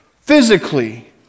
physically